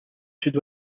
sud